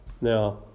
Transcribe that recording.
Now